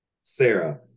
sarah